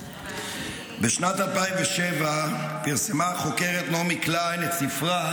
בשנת 2007 פרסמה החוקרת נעמי קליין את ספרה